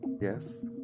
yes